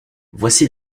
voici